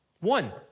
One